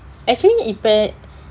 actually இப்ப:ippa